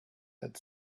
had